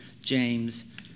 James